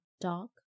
dark